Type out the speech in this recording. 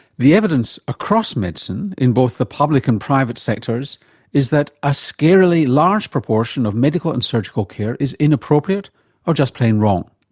the evidence across medicine in both the public and private sectors is that a scarily large proportion of medical and surgical care is inappropriate or just plain wrong.